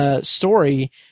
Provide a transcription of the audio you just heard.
story